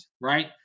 right